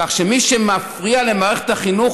כך שמי שמפריע למערכת החינוך,